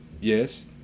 yes